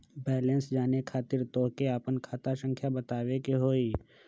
Balance जाने खातिर तोह के आपन खाता संख्या बतावे के होइ?